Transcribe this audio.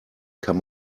kann